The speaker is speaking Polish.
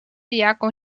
jaką